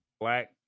black